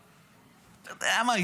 אתה יודע מה,